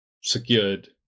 secured